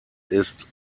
ist